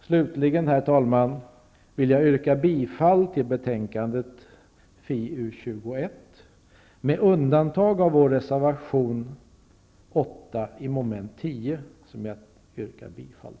Slutligen, herr talman, vill jag yrka bifall till hemställan i finansutskottets betänkande FiU21